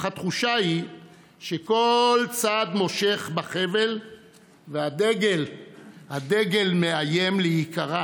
לתושבי שכונת גבעת עמל שנאבקים נגד גירושם מבתיהם לטובת טייקונים.